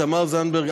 תמד זנדברג,